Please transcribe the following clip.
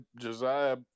Josiah